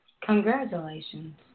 Congratulations